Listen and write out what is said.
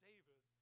David